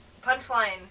Punchline